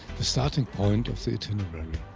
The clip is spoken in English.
the starting point of the itinerary.